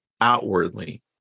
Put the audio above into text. outwardly